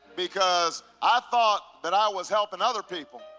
because i thought that i was helping other people,